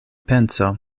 penso